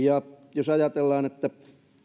jos ajatellaan että